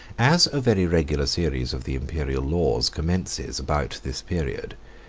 as a very regular series of the imperial laws commences about this period,